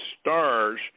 stars